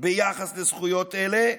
ביחס לזכויות אלה,